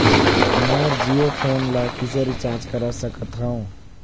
मोर Jio phone ला किसे recharge करा सकत हवं?